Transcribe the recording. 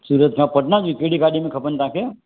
सूरत खां पटना जी कहिड़ी गाॾी में खपनि तव्हांखे